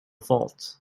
faults